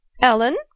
Ellen